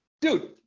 Dude